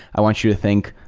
i want you to think,